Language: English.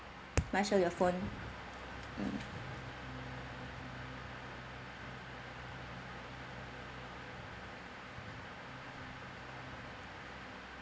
marshal your phone mm